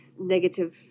negative